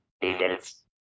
details